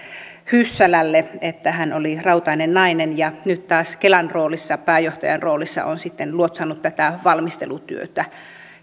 hyssälälle että hän oli rautainen nainen ja nyt taas kelan roolissa pääjohtajan roolissa on sitten luotsannut tätä valmistelutyötä